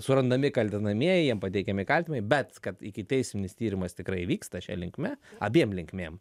surandami kaltinamieji jiem pateikiami kaltinti bet kad ikiteisminis tyrimas tikrai vyksta šia linkme abiem linkmėm